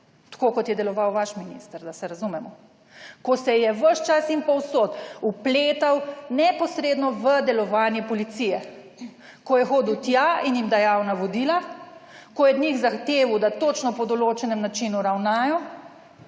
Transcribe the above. tako kot je deloval vaš minister, da se razumemo, ko se je ves čas in povsod vpletal neposredno v delovanje policije. Ko je hodil tja in jim dajal navodila, ko je od njih zahteval, da točno po določenem načinu ravnajo.